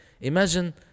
imagine